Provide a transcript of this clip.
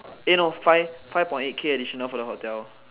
eh no five five point eight K additional for the hotel